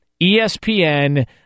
ESPN